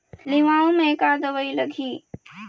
लिमाऊ मे का दवई लागिही?